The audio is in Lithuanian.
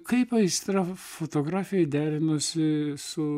kaip aistra fotografijai derinosi su